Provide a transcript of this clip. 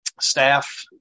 staff